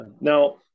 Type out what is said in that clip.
Now